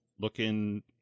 looking